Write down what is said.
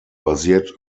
basiert